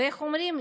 ואיך אומרים?